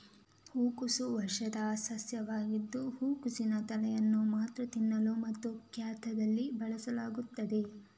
ಹೂಕೋಸು ವಾರ್ಷಿಕ ಸಸ್ಯವಾಗಿದ್ದು ಹೂಕೋಸಿನ ತಲೆಯನ್ನು ಮಾತ್ರ ತಿನ್ನಲು ಮತ್ತು ಖಾದ್ಯದಲ್ಲಿ ಬಳಸಲಾಗುತ್ತದೆ